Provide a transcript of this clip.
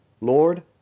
Lord